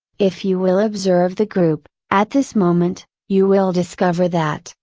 if you will observe the group, at this moment, you will discover that,